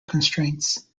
constraints